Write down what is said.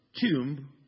tomb